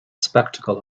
spectacle